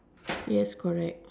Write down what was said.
yes correct